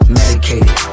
medicated